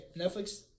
Netflix